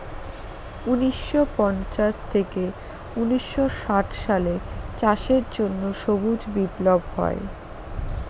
উনিশশো পঞ্চাশ থেকে উনিশশো ষাট সালে চাষের জন্য সবুজ বিপ্লব হয়